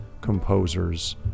Composers